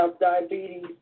diabetes